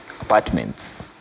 apartments